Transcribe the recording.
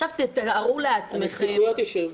עכשיו תתארו לעצמכם --- הנסיכויות ישלמו.